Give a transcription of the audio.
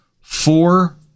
four